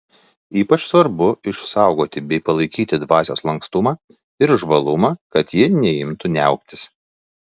ypač svarbu išsaugoti bei palaikyti dvasios lankstumą ir žvalumą kad ji neimtų niauktis